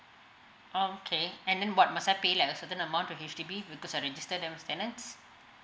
okay and then what must I pay like a certain amount to H_D_B because I registered them as tenants